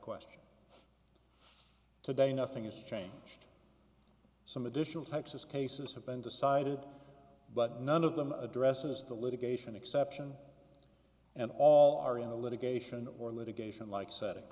question today nothing is changed some additional texas cases have been decided but none of them addresses the litigation exception and all are in the litigation or litigation like setting